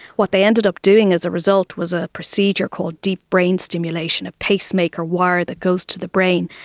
what they ended up doing as a result was a procedure called deep brain stimulation, a pacemaker wire that goes to the brain,